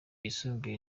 yisumbuye